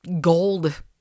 gold